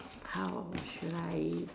how should I